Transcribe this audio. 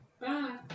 Bye